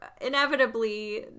inevitably